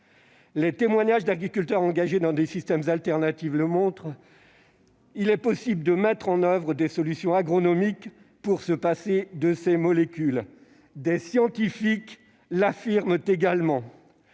Les témoignages d'agriculteurs engagés dans des systèmes alternatifs le montrent : il est possible de mettre en oeuvre des solutions agronomiques pour se passer de ces molécules. Des scientifiques l'affirment également.